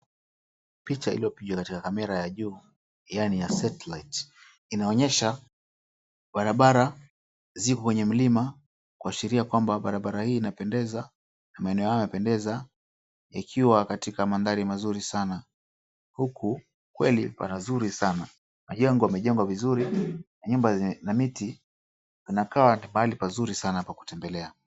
Picha iliyopigwa katika kamera ya juu yaani ya satellite inaonyesha barabara zipo kwenye mlima kuashiria kwamba barabara hii inapendeza na maeneo haya yanapendeza ikiwa katika maanthari mazuri sana huku kweli ni pazuri sana. Majengo yamejengwa vizuri na miti. Inakaa ni mahali pazuri sana pa kutembelea.